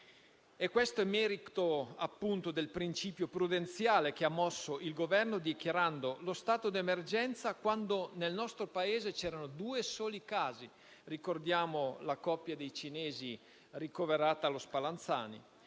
Questo è merito, appunto, del principio prudenziale che ha mosso il Governo, che ha dichiarato lo stato d'emergenza quando nel nostro Paese c'erano due soli casi - ricordiamo la coppia di cinesi ricoverati allo Spallanzani